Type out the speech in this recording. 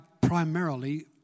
primarily